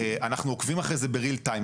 אנחנו עוקבים אחרי זה ב- real time,